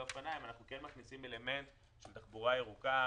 אופניים אנחנו מכניסים אלמנט של תחבורה ירוקה,